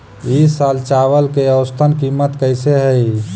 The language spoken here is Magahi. ई साल चावल के औसतन कीमत कैसे हई?